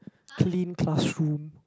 clean classroom